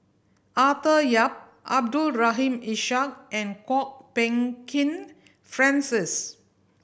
Arthur Yap Abdul Rahim Ishak and Kwok Peng Kin Francis